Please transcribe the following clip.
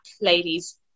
ladies